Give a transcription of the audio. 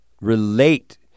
relate